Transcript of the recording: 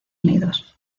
unidos